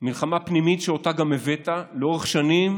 מלחמה פנימית, שאותה גם הבאת, לאורך שנים